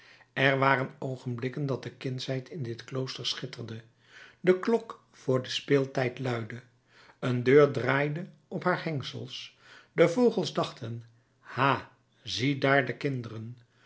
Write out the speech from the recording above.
er waren oogenblikken dat de kindsheid in dit klooster schitterde de klok voor den speeltijd luidde een deur draaide op haar hengsels de vogels dachten ha ziedaar de kinderen